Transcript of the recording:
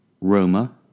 Roma